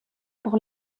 pour